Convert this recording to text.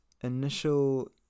initial